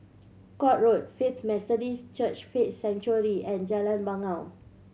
Court Road Faith Methodist Church Faith Sanctuary and Jalan Bangau